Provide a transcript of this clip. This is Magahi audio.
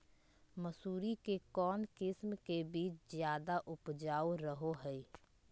मसूरी के कौन किस्म के बीच ज्यादा उपजाऊ रहो हय?